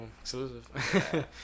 exclusive